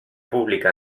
pública